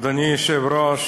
אדוני היושב-ראש,